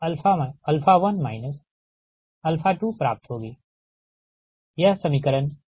यह समीकरण 81 है